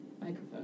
Microphone